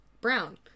brown